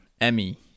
Emmy